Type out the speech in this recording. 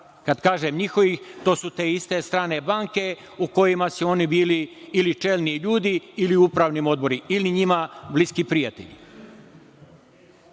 Kada kažem njihovih, to su te iste strane banke u kojima su oni bili ili čelni ljudi, ili Upravni odbori, ili njima bliski prijatelji. Sada